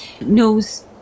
knows